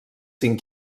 cinc